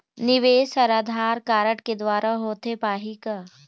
निवेश हर आधार कारड के द्वारा होथे पाही का?